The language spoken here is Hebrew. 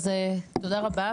תודה רבה,